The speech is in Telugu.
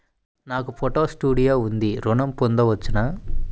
నాకు ఫోటో స్టూడియో ఉంది ఋణం పొంద వచ్చునా?